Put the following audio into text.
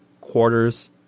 quarters